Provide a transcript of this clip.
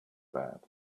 bad